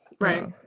right